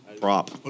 prop